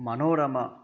मनोरमम्